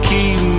Keep